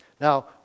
Now